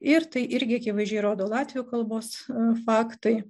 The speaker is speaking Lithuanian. ir tai irgi akivaizdžiai rodo latvių kalbos faktai